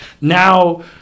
now